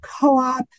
co-op